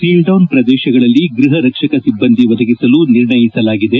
seal down ಪ್ರದೇಶಗಳಲ್ಲಿ ಗ್ರಹ ರಕ್ಷಕ ಸಿಬ್ಲಂದಿ ಒದಗಿಸಲು ನಿರ್ಣಯಸಲಾಗಿದೆ